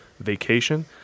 Vacation